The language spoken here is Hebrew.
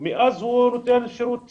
ומאז הוא נותן שירות סטנדרטי.